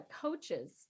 coaches